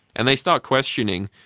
and they start questioning,